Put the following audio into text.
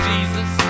Jesus